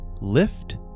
lift